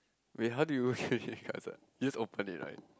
wait how do you okay okay cuts ah just open it right